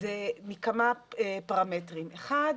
זה מכמה פרמטרים: אחד,